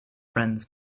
friends